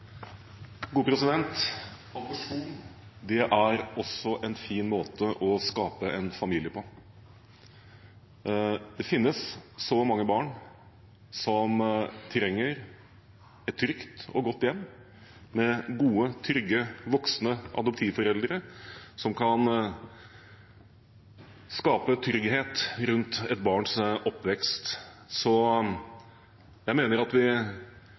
gode, trygge voksne adoptivforeldre som kan skape trygghet rundt et barns oppvekst. Så jeg mener at vi